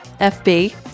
FB